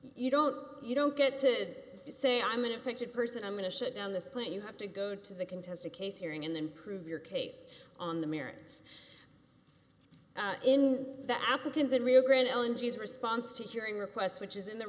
you don't you don't get to say i'm an effective person i'm going to shut down this plant you have to go to the contest a case hearing and then prove your case on the merits in the applicants in rio grande l n g's response to hearing requests which is in the